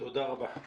תודה רבה.